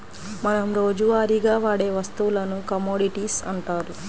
మనం రోజువారీగా వాడే వస్తువులను కమోడిటీస్ అంటారు